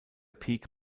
peak